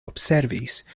observis